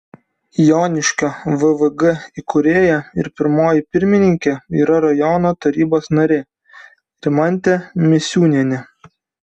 joniškio vvg įkūrėja ir pirmoji pirmininkė yra rajono tarybos narė rimantė misiūnienė